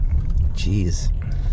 Jeez